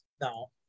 no